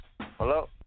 Hello